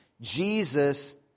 Jesus